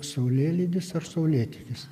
saulėlydis ar saulėtekis